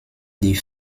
die